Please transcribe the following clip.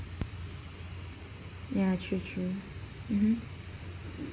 ya true true mmhmm